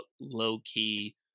low-key